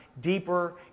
deeper